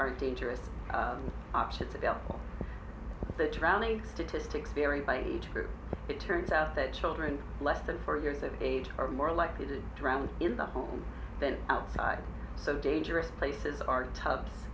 are dangerous options available that drowning statistics theory by age group it turns out that children less than four you're that age are more likely to drown in the home than outside so dangerous places are tubs